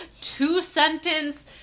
two-sentence